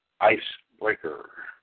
Icebreaker